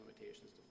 limitations